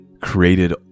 created